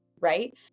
Right